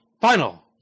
final